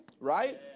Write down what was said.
Right